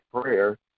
prayer